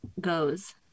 goes